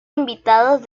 invitados